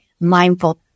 mindful